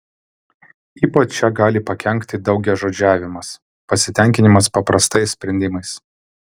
ypač čia gali pakenkti daugiažodžiavimas pasitenkinimas paprastais sprendimais